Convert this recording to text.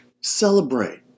Celebrate